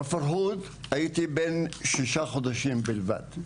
בפרהוד הייתי בן שישה חודשים בלבד,